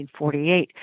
1948